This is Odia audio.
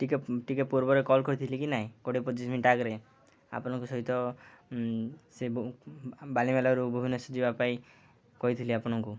ଟିକେ ଟିକେ ପୂର୍ବରେ କଲ୍ କରିଥିଲି କି ନାଇଁ କୋଡ଼ିଏ ପଚିଶି ମିନିଟ୍ ଆଗରେ ଆପଣଙ୍କ ସହିତ ସେ ବାଲିମେଲାରୁ ଭୁବନେଶ୍ୱର ଯିବା ପାଇଁ କହିଥିଲି ଆପଣଙ୍କୁ